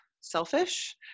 selfish